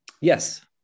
Yes